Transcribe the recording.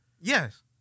Yes